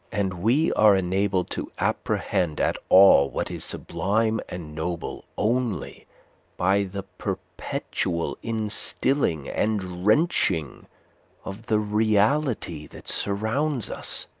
and we are enabled to apprehend at all what is sublime and noble only by the perpetual instilling and drenching of the reality that surrounds us.